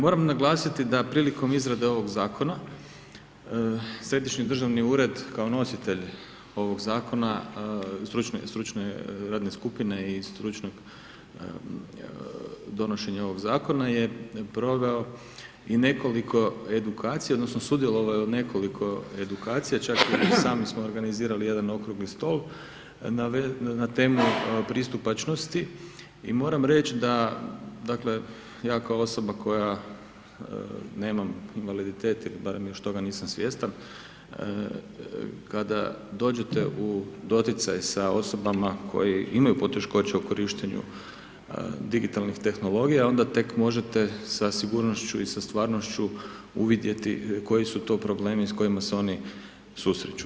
Moram naglasiti da prilikom izrade ovog Zakona, Središnji državni ured kao nositelj ovog Zakona, stručne radne skupine i stručnog donošenja ovog Zakona je proveo i nekoliko edukacija odnosno sudjelovao je u nekoliko edukacija, čak i sami smo organizirali jedan Okrugli stol na temu Pristupačnosti i moram reć da, dakle, ja kao osoba koja nemam invaliditet ili barem još toga nisam svjestan, kada dođete u doticaj sa osobama koje imaju poteškoća u korištenju digitalnih tehnologija, onda tek možete sa sigurnošću i sa stvarnošću uvidjeti koji su to problemi s kojima se oni susreću.